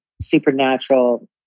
supernatural